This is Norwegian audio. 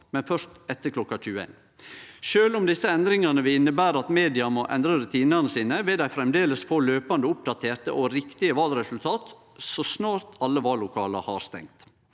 men først etter kl. 21. Sjølv om desse endringane vil innebere at media må endre rutinane sine, vil dei framleis få løpande oppdaterte og riktige valresultat så snart alle vallokala har stengt.